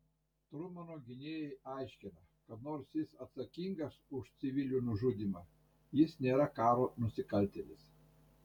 trumano gynėjai aiškina kad nors jis atsakingas už civilių nužudymą jis nėra karo nusikaltėlis